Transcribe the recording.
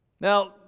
Now